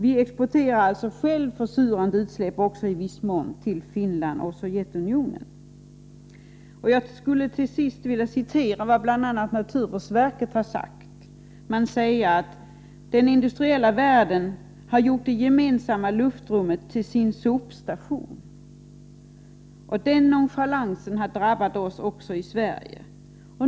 Vi exporterar själva försurande utsläpp i viss mån till Finland och Sovjetunionen. Naturvårdsverket har sagt: ”Den industriella världen har gjort det gemensamma luftrummet till sin sopstation.” Den nonchalansen har drabbat oss också i Sverige.